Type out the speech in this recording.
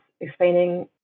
explaining